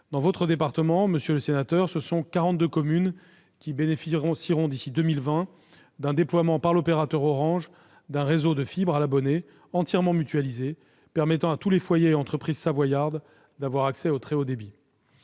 Dans votre département, monsieur le sénateur, ce sont 42 communes qui bénéficieront d'ici à 2020 d'un déploiement par l'opérateur Orange d'un réseau de fibre à l'abonné, entièrement mutualisé, permettant à tous les foyers et entreprises savoyards d'avoir accès au très haut débit.